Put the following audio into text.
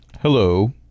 Hello